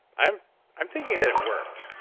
i'm i'm thinking that it worked